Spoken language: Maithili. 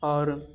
आओर